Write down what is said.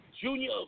junior